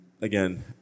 again